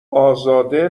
ازاده